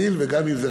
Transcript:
לה,